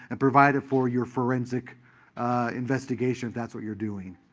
and provide it for your forensic investigation, if that's what you're doing.